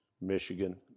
Michigan